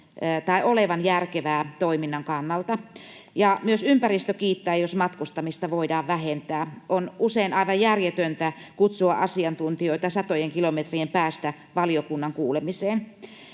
sen olevan järkevää toiminnan kannalta. Myös ympäristö kiittää, jos matkustamista voidaan vähentää. On usein aivan järjetöntä kutsua asiantuntijoita satojen kilometrien päästä valiokunnan kuulemiseen.